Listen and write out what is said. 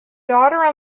daughter